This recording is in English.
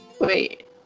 Wait